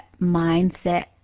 mindset